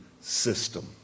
system